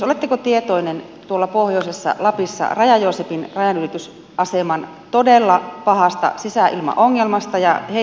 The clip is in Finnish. oletteko tietoinen tuolla pohjoisessa lapissa olevasta raja joosepin rajanylitysaseman todella pahasta sisäilmaongelmasta